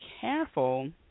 careful